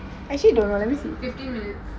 fifteen minutes